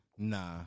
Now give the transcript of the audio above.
Nah